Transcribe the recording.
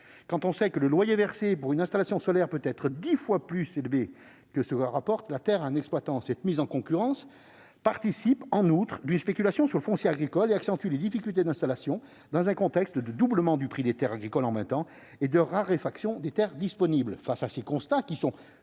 quand on sait que le loyer versé pour une installation solaire peut être dix fois plus élevé que ce que rapporte la terre à un exploitant. Cette mise en concurrence participe, en outre, d'une spéculation sur le prix du foncier agricole et accentue les difficultés d'installation, dans un contexte de doublement du prix des terres agricoles en vingt ans et de raréfaction des terres disponibles. Face à ces constats que je